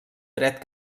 dret